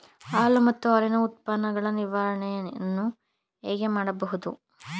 ಹಾಲು ಮತ್ತು ಹಾಲಿನ ಉತ್ಪನ್ನಗಳ ನಿರ್ವಹಣೆಯನ್ನು ಹೇಗೆ ಮಾಡಬಹುದು?